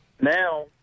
now